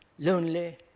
lonely,